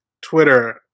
Twitter